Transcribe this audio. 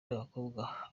n’abakobwa